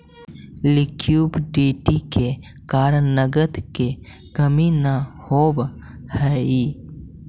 liquidity के कारण नगद के कमी न होवऽ हई